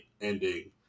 ending